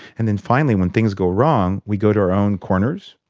and then finally when things go wrong we go to our own corners,